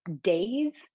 days